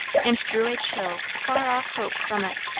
and drew a chill, far-off hope from it.